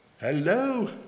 Hello